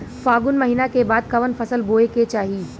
फागुन महीना के बाद कवन फसल बोए के चाही?